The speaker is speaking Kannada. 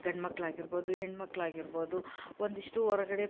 ಗಂಡು ಮಕ್ಳು ಆಗಿರ್ಬೋದು ಹೆಣ್ಣು ಮಕ್ಳು ಆಗಿರ್ಬೋದು ಒಂದಿಷ್ಟು ಹೊರ್ಗಡೆ